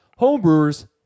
homebrewers